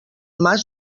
mas